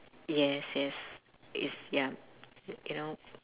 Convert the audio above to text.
yes yes is ya you know